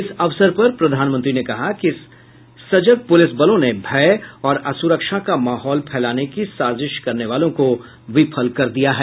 इस अवसर पर प्रधानमंत्री ने कहा कि सजग पुलिसबलों ने भय और असुरक्षा का माहौल फैलाने की साजिश करने वालों को विफल कर दिया है